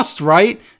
right